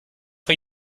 for